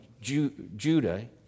Judah